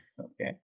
Okay